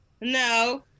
no